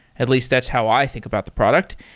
at least that's how i think about the product.